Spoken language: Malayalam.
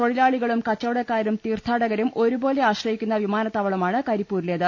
തൊഴിലാളികളും കച്ചവടക്കാരും തീർഥാടകരും ഒരു പോലെ ആശ്രയിക്കുന്ന വിമാനത്താവളമാണ് കരിപ്പൂരിലേത്